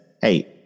hey